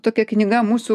tokia knyga musių